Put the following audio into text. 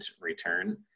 return